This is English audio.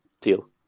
Deal